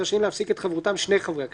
רשאים להפסיק את חברותם שני חברי הכנסת,